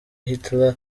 hitler